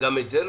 גם את זה לא?